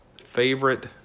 favorite